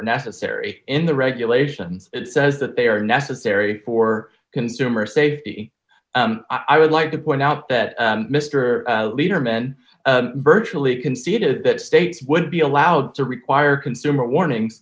are necessary in the regulations it says that they are necessary for consumer safety i would like to point out that mr lieberman virtually conceded that states would be allowed to require consumer warnings